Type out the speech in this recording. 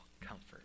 comfort